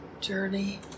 journey